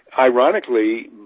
ironically